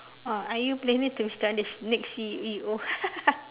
ah are you planning to become the next C_E_O